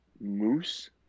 moose